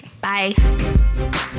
Bye